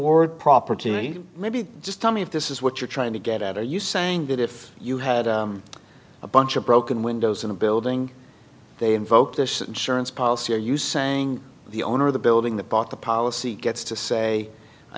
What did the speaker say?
word proper to me maybe just tell me if this is what you're trying to get out are you saying that if you had a bunch of broken windows in a building they invoke this insurance policy are you saying the owner of the building that bought the policy gets to say i